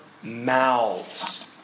mouths